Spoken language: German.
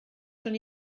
schon